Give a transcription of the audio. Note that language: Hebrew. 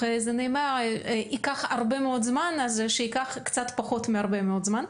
נאמר שזה ייקח הרבה מאוד זמן אז שייקח קצת פחות מהרבה מאוד זמן,